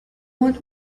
want